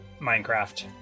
Minecraft